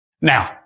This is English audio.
Now